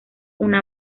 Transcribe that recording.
una